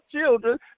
children